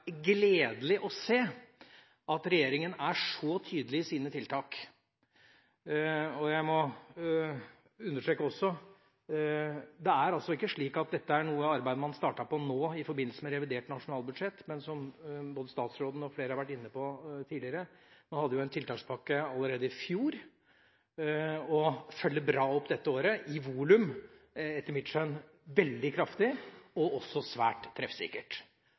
gledelig å se at regjeringa er så tydelig i sine tiltak. Jeg må også understreke: Dette er ikke et arbeid man startet på i forbindelse med revidert nasjonalbudsjett. Man hadde jo – som både statsråden og flere andre har vært inne på tidligere – en tiltakspakke allerede i fjor og følger bra opp dette året, i volum, etter mitt skjønn, veldig kraftig og svært treffsikkert.